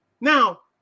now